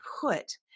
put